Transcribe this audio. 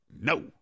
No